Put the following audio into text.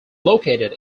located